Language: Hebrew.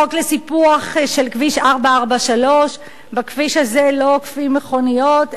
חוק לסיפוח של כביש 443. בכביש הזה לא עוקפים מכוניות,